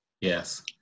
Yes